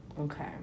Okay